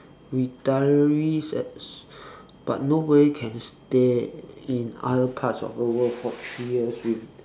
retirees yes but nobody can stay in other parts of the world for three years with